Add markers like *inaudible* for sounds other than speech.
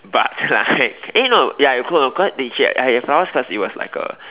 but like *laughs* eh no ya no cause then she like I had flowers cause it was like a